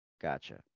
Gotcha